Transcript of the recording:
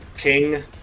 King